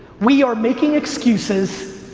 we are making excuses,